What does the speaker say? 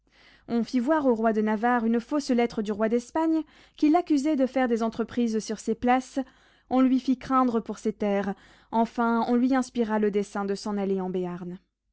on fit voir au roi de navarre une fausse lettre du roi d'espagne qui l'accusait de faire des entreprises sur ses places on lui fit craindre pour ses terres enfin on lui inspira le dessein de s'en aller en béarn